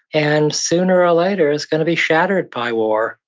and sooner or later, is going to be shattered by war,